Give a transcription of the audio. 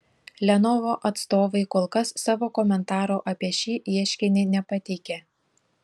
lenovo atstovai kol kas savo komentaro apie šį ieškinį nepateikė